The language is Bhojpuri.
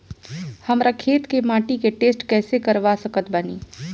हमरा खेत के माटी के टेस्ट कैसे करवा सकत बानी?